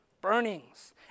burnings